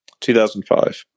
2005